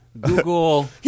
Google